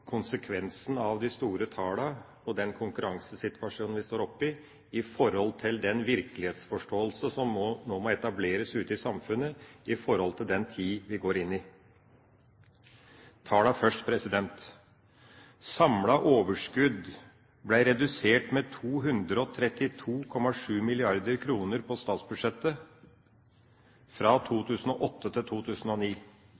konsekvensen av de store tallene og den konkurransesituasjonen vi står oppe i, i forhold til den virkelighetsforståelse som må etableres ute i samfunnet når det gjelder den tid vi nå går inn i. Tallene først. Samlet overskudd ble redusert med 232,7 mrd. kr på statsbudsjettet fra